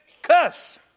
Cuss